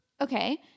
okay